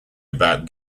about